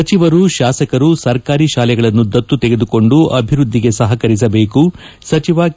ಸಚಿವರು ಶಾಸಕರು ಸರ್ಕಾರಿ ಶಾಲೆಗಳನ್ನು ದತ್ತು ತೆಗೆದುಕೊಂಡು ಅಭಿವೃದ್ದಿಗೆ ಸಹಕರಿಸಬೇಕು ಸಚಿವ ಕೆ